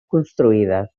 construïdes